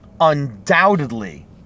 undoubtedly